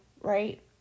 right